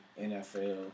NFL